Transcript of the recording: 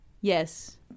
Yes